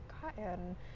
cotton